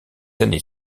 années